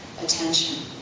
attention